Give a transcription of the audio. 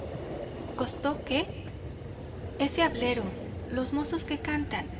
patrón costó qué ese hablero los mozos que cantan